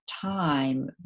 time